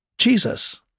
Jesus